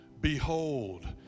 Behold